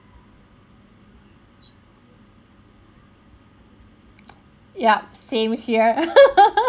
yup same here